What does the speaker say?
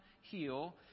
heal